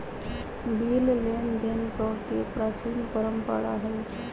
bill लेनदेन कके प्राचीन परंपरा हइ